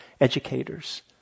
educators